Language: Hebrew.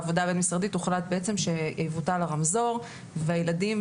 בעבודה הבין-משרדית הוחלט בעצם שיבוטל הרמזור והילדים